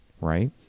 right